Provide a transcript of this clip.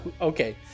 Okay